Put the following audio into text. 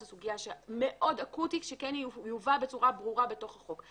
זו סוגיה שמאוד אקוטית שכן תובא בצורה ברורה בתוך החוק.